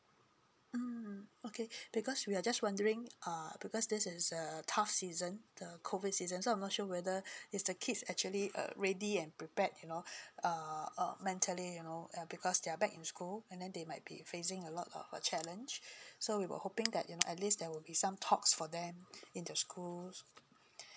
mm okay because we are just wondering uh because this is a tough season the COVID season so I'm not sure whether it's the kids actually err ready and prepared you know err mentally you know uh because they are back in school and then they might be facing a lot of uh challenge so we were hoping that you know at least there will be some talks for them in the school